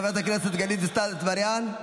חברת הכנסת גלית דיסטל אטבריאן,